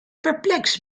perplex